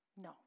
No